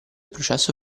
processo